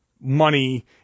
money